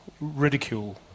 ridicule